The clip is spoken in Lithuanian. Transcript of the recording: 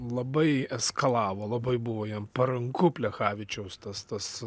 labai eskalavo labai buvo jiem paranku plechavičiaus tas tas